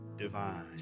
divine